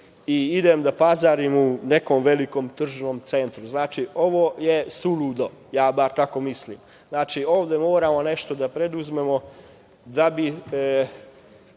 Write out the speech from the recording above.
i idem na pazarim u nekom velikom tržnom centru. Znači, ovo je suludo. Ja bar tako mislim. Znači, ovde moramo nešto da preduzmemo da bi